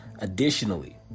Additionally